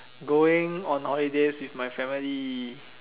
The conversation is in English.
going on holidays with my family